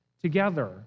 together